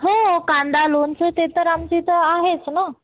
हो कांदा लोणचं ते तर आमच्या इथे आहेच ना